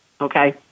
Okay